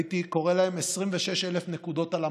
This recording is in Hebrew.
הייתי קורא להם 26,000 נקודות על המפה.